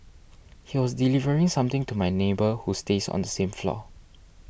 he was delivering something to my neighbour who stays on the same floor